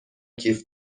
کیف